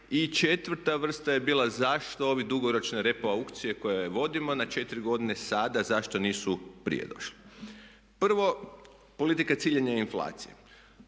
I četvrta vrsta je bila zašto ove dugoročne …/Govornik se ne razumije./… na četiri godine sada zašto nisu prije došle. Prvo, politika ciljanja inflacije.